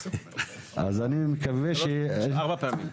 ארבע פעמים.